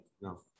no